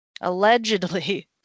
allegedly